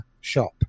shop